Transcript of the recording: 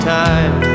time